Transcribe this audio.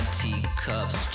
teacups